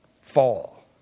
fall